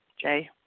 Jay